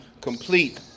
complete